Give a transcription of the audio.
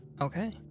Okay